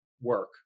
work